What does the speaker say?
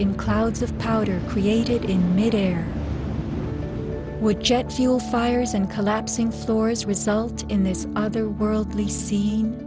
in clouds of powder created in mid air with jet fuel fires and collapsing floors result in this otherworldly scene